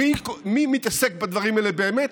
מי מתעסק בדברים האלה באמת,